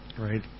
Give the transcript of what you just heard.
right